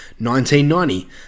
1990